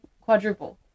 quadruple